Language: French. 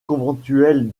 conventuels